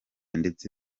ndetse